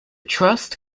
trust